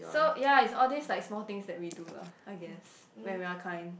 so ya it's all like these small things that we do lah I guess when we're kind